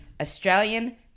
Australian